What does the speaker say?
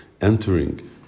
entering